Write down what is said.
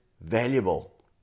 valuable